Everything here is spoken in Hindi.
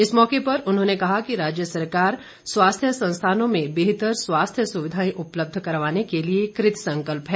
इस मौके पर उन्होंने कहा कि राज्य सरकार स्वास्थ्य संस्थानों में बेहतर स्वास्थ्य सुविधाएं उपलब्ध करवाने के लिए कृत संकल्प हैं